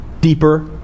deeper